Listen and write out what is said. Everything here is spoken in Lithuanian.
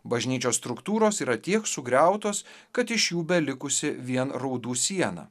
bažnyčios struktūros yra tiek sugriautos kad iš jų belikusi vien raudų siena